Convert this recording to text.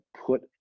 put